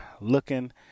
looking